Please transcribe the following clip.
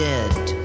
dead